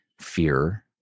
fear